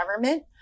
government